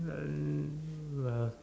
um uh